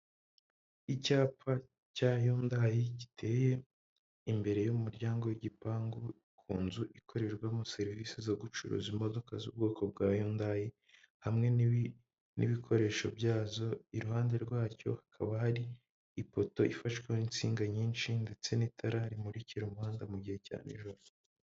Icyapa cya Yundayi giteye imbere y'umuryango w'igipangu ku nzu ikorerwamo serivisi zo gucuruza imodoka z'ubwoko bwa Yundayi hamwe n'ibikoresho byazo, iruhande rwacyo hakaba hari ipoto ifashweho insinga nyinshi ndetse n'itara rimurikira umuhanda mu gihe cya nijoro.